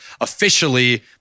officially